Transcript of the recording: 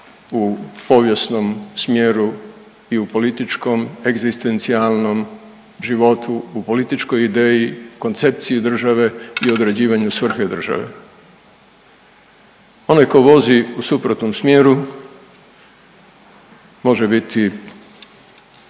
u povijesnom smjeru i i u političkom egzistencijalnom životu, u političkoj ideji, koncepciji države i određivanju svrhe države. Onaj ko vozi u suprotnom smjeru može biti